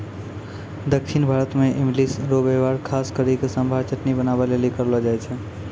दक्षिण भारत मे इमली रो वेहवार खास करी के सांभर चटनी बनाबै लेली करलो जाय छै